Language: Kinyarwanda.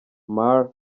mar